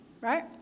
right